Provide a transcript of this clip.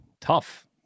tough